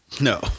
no